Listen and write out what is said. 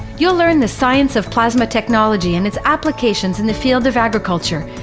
you'll learn the science of plasma technology and it's applications in the fields of agriculture,